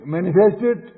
Manifested